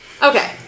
Okay